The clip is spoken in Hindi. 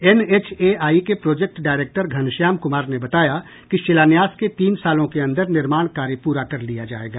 एनएचएआई के प्रोजेक्ट डायरेक्टर घनश्याम कुमार ने बताया कि शिलान्यास के तीन सालों के अंदर निर्माण कार्य पूरा कर लिया जायेगा